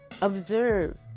Observe